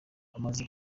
amaze